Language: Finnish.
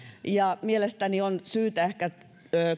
ja mielestäni on syytä ehkä